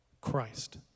Christ